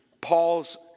Paul's